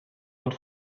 und